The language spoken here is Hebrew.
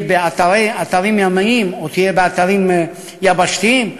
באתרים ימיים או תהיה באתרים יבשתיים,